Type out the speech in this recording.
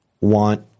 want